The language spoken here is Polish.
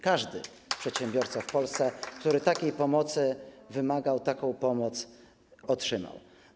Każdy przedsiębiorca w Polsce, który takiej pomocy wymagał, taką pomoc otrzymał.